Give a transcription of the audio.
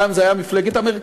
פעם זה היה מפלגת המרכז,